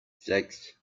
sechs